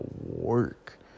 work